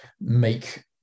make